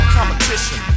Competition